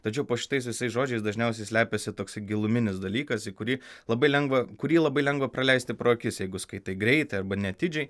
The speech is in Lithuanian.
tačiau po šitais visais žodžiais dažniausiai slepiasi toks giluminis dalykas į kurį labai lengva kurį labai lengva praleisti pro akis jeigu skaitai greitai arba neatidžiai